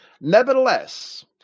nevertheless